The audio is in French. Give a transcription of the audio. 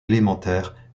élémentaire